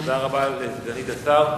תודה רבה לסגנית השר.